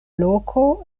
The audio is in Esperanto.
loko